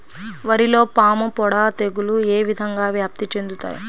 వరిలో పాముపొడ తెగులు ఏ విధంగా వ్యాప్తి చెందుతాయి?